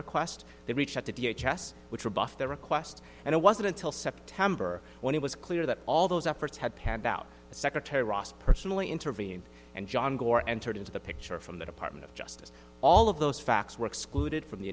request they reached out to the h s which rebuffed their request and it wasn't until september when it was clear that all those efforts had panned out as secretary ross personally intervened and john gore entered into the picture from the department of justice all of those facts were excluded from the